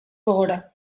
gogora